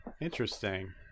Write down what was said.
Interesting